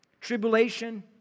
Tribulation